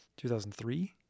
2003